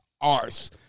arse